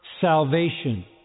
salvation